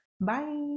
bye